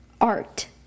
art